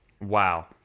Wow